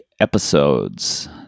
episodes